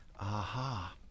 Aha